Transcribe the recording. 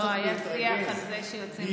לא, היה שיח על זה שיוצאים ונכנסים.